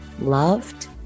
loved